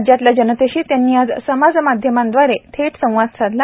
राज्यातल्या जनतेशी त्यांनी आज समाजमाध्याद्वारे थेट संवाद साधला